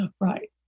Right